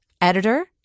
editor